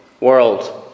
world